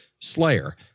Slayer